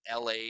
LA